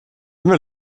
immer